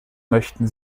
möchten